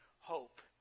hope